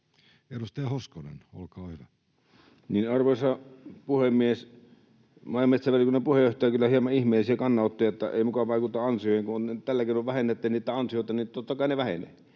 Edustaja Hoskonen, olkaa hyvä. Arvoisa puhemies! Maa- ja metsävaliokunnan puheenjohtajalla on kyllä hieman ihmeellisiä kannanottoja, että ei muka vaikuta ansioihin. Kun tällä keinoin vähennätte niitä ansioita, niin totta kai ne vähenevät.